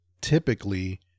typically